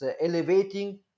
elevating